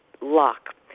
lock